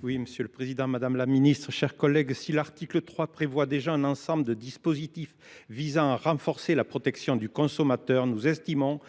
Oui monsieur le Président, le Président, Madame la Ministre, chers collègues, si l'article 3 prévoit déjà un ensemble de dispositifs, visant à renforcer la protection du consommateur, nous estimons